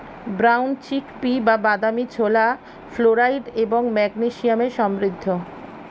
brown chickpea বা বাদামী ছোলা ফ্লোরাইড এবং ম্যাগনেসিয়ামে সমৃদ্ধ